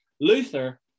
Luther